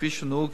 כפי שנהוג